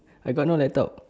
I got no laptop